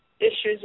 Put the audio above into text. issues